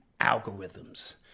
algorithms